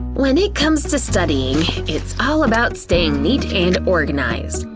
when it comes to studying, it's all about staying neat and organized.